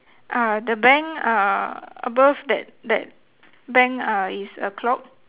uh the bank uh above that that bank uh is a clock